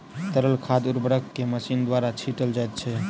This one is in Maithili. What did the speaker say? तरल खाद उर्वरक के मशीन द्वारा छीटल जाइत छै